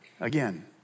again